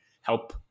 help